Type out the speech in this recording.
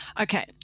Okay